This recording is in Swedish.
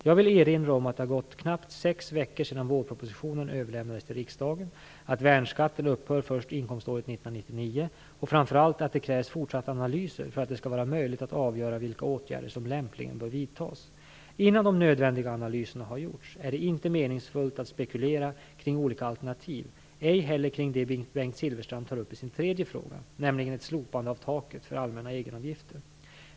Jag vill erinra om att det har gått knappt sex veckor sedan vårpropositionen överlämnades till riksdagen, att värnskatten upphör först inkomståret 1999 och, framför allt, att det krävs fortsatta analyser för att det skall vara möjligt att avgöra vilka åtgärder som lämpligen bör vidtas. Innan de nödvändiga analyserna har gjorts är det inte meningsfullt att spekulera kring olika alternativ, ej heller kring det Bengt Silfverstrand tar upp i sin tredje fråga, nämligen ett slopande av taket för allmänna egenavgifter.